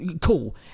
cool